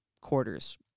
quarters